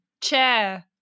chair